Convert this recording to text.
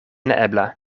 neebla